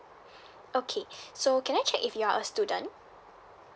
okay so can I check if you're a student